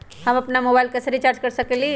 हम अपन मोबाइल कैसे रिचार्ज कर सकेली?